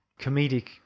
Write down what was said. comedic